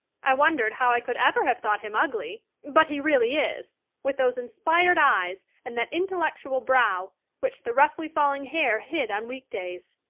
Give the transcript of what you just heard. i wondered how i could ever have thought him ugly but he really is with those inspired eyes and that intellectual brow which the roughly-falling hair hid on week days.